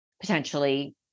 potentially